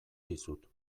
dizut